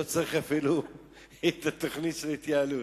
לא צריך אפילו את התוכנית של ההתייעלות.